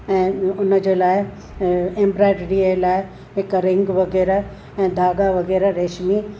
ऐं उनजे लाइ एम्ब्राइडरीअ लाइ हिकु रिंग वग़ैरह ऐं धागा वग़ैरह रेशमी